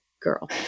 girl